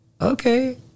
Okay